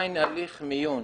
עדיין הליך מיון.